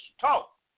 Talk